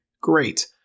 Great